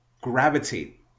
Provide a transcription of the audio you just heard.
gravitate